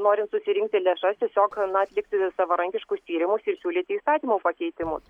norint susirinkti lėšas tiesiog na atlikti savarankiškus tyrimus ir siūlyti įstatymo pakeitimus